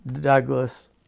Douglas